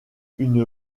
une